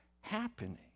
happening